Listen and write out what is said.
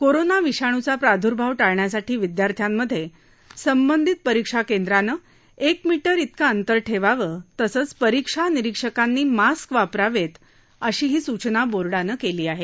corona विषाणूचा प्रादुर्भाव टाळण्यासाठी विद्यार्थ्यांमधे संबंधित परीक्षा केंद्रानं एक मीटर तिकं अंतर ठेवावं तसंच परीक्षा निरिक्षकांनी मास्क वापरावेत अशीही सूचना बोर्डानं केली आहे